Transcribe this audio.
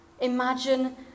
Imagine